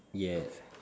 yes